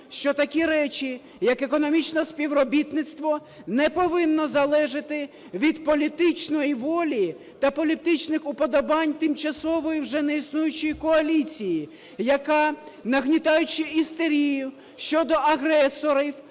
що такі речі як економічне співробітництво не повинні залежати від політичної волі та політичних уподобань тимчасової вже не існуючої коаліції, яка, нагнітаючи істерію щодо агресорів,